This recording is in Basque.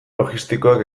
logistikoak